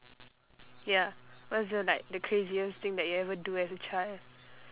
ya what's the like the craziest thing that you ever do as a child